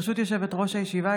ברשות יושבת-ראש הישיבה,